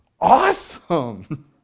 awesome